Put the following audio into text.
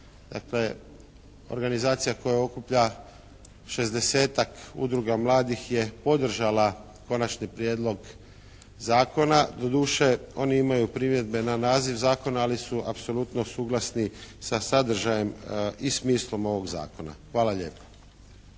dakle organizacija koja okuplja 60-tak udruga mladih je podržala Konačni prijedlog zakona. Doduše, oni imaju primjedbe na naziv zakona, ali su apsolutno suglasni sa sadržajem i smislom ovog Zakona. Hvala lijepa.